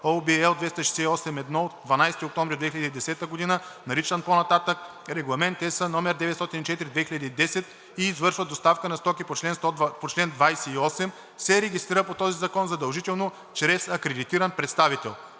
2010 г.), наричан по-нататък „Регламент (ЕС) № 904/2010“, и извършва доставка на стоки по чл. 28, се регистрира по този закон задължително чрез акредитиран представител.